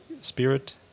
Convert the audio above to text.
Spirit